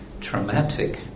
traumatic